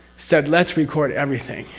said let's record everything,